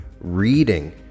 reading